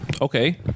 Okay